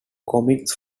comics